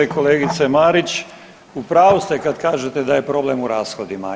Kolegice Marić u pravu ste kad kažete da je problem u rashodima.